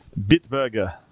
Bitburger